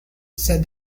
said